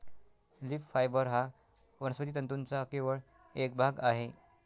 leaf fibre हा वनस्पती तंतूंचा केवळ एक भाग आहे